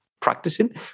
Practicing